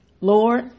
Lord